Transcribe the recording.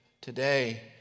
today